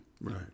Right